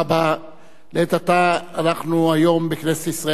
לעת עתה, אנחנו היום בכנסת ישראל קיימנו דיון